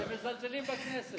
הם מזלזלים בכנסת.